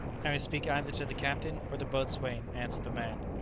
i must speak either to the captain or the boatswain, answered the man.